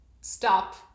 stop